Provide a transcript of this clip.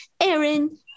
Aaron